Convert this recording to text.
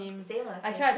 same ah same